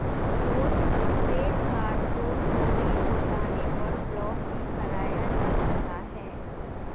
hotlisted card को चोरी हो जाने पर ब्लॉक भी कराया जा सकता है